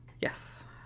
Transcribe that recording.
Yes